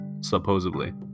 supposedly